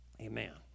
Amen